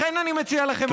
לכן אני מציע לכם,